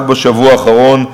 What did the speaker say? רק בשבוע האחרון,